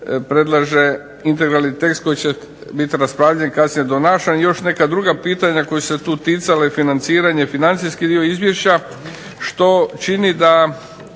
predlaže integralni tekst koji biti raspravljen, kasnije donesen. Druga pitanja koja su se tu ticale financiranje, financijski dio izvješća, što čini da